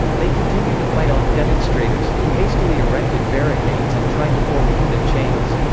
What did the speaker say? they continued to fight off demonstrators, who hastily erected barricades and tried to form human chains.